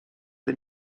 des